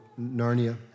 Narnia